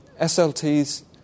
SLT's